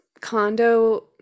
condo